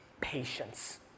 patience